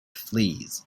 fleas